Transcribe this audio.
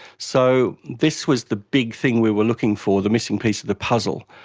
so this was the big thing we were looking for, the missing piece of the puzzle.